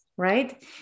right